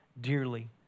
dearly